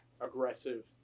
aggressive